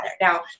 Now